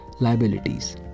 liabilities